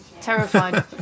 terrified